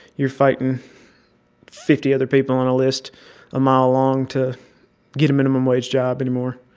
you're fighting fifty other people on a list a mile long to get a minimum-wage job anymore.